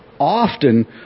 Often